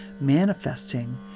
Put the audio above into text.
manifesting